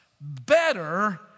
better